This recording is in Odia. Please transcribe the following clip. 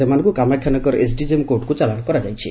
ସେମାନଙ୍କୁ କାମାକ୍ଷାନଗର ଏସ୍ଡିଜେଏମ୍ କୋର୍ଟକୁ ଚାଲାଣ କରାଯାଇଛି